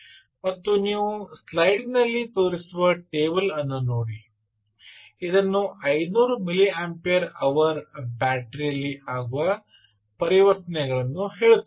ಮತ್ತು ನೀವು ಸ್ಲೈಡಿನಲ್ಲಿ ತೋರಿಸಿರುವ ಟೇಬಲ್ ಅನ್ನು ನೋಡಿ ಇದನ್ನು 500 ಮಿಲಿಯಂಪೇರ್ ಅವರ ಬ್ಯಾಟರಿಯಲ್ಲಿ ಆಗುವ ಪರಿವರ್ತನೆಗಳನ್ನು ಹೇಳುತ್ತಿದ್ದೇನೆ